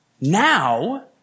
Now